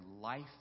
life